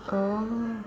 oh